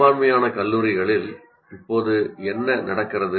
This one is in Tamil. பெரும்பான்மையான கல்லூரிகளில் இப்போது என்ன நடக்கிறது